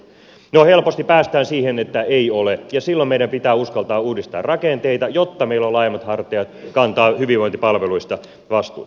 no helposti päästään siihen että ei ole ja silloin meidän pitää uskaltaa uudistaa rakenteita jotta meillä on laajemmat hartiat kantaa hyvinvointipalveluista vastuuta